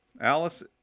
Alice